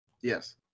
Yes